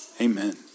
Amen